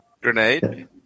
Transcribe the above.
Grenade